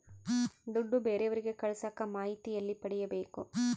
ದುಡ್ಡು ಬೇರೆಯವರಿಗೆ ಕಳಸಾಕ ಮಾಹಿತಿ ಎಲ್ಲಿ ಪಡೆಯಬೇಕು?